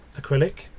acrylic